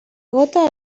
gota